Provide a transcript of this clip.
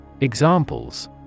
Examples